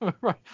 Right